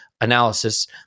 analysis